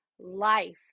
life